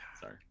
Sorry